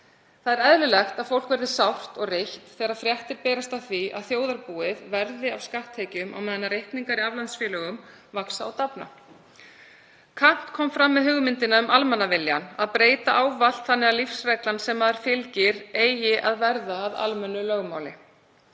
Það er eðlilegt að fólk verði sárt og reitt þegar fréttir berast af því að þjóðarbúið verði af skatttekjum á meðan reikningar í aflandsfélögum vaxa og dafna. Kant kom fram með hugmyndina um almannaviljann, að breyta ávallt þannig að lífsreglan sem maður fylgir eigi að verða að almennu lögmáli.